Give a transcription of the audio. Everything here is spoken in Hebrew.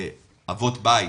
אבות בית,